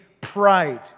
pride